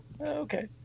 Okay